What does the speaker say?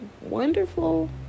wonderful